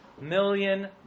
million